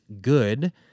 good